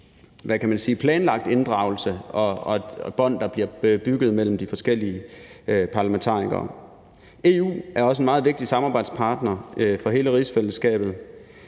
planlagt inddragelse og med flere bånd, der bliver knyttet mellem de forskellige parlamentarikere. EU er også en meget vigtig samarbejdspartner for hele rigsfællesskabet.